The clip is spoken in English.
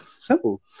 Simple